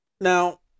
now